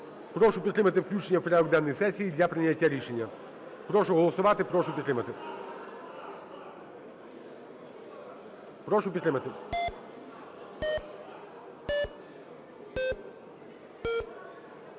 Прошу підтримати включення в порядок денний сесії для прийняття рішення. Прошу голосувати. Прошу підтримати, прошу підтримати.